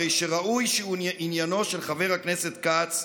הרי שראוי שעניינו של חבר הכנסת כץ,